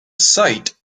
site